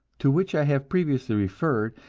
to which i have previously referred,